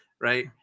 Right